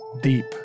deep